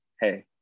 hey